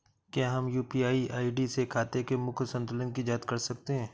क्या हम UPI ID से खाते के मूख्य संतुलन की जाँच कर सकते हैं?